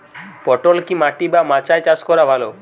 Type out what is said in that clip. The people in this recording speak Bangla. পটল কি মাটি বা মাচায় চাষ করা ভালো?